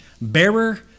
bearer